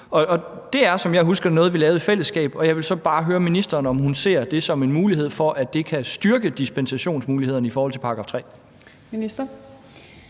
Det er, som jeg husker det, noget, vi lavede i fællesskab, og jeg vil så bare høre ministeren, om hun ser det som en mulighed for at styrke dispensationsmulighederne i forhold til § 3.